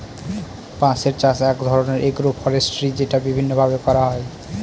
বাঁশের চাষ এক ধরনের এগ্রো ফরেষ্ট্রী যেটা বিভিন্ন ভাবে করা হয়